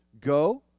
go